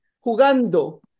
Jugando